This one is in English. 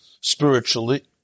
spiritually